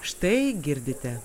štai girdite